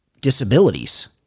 disabilities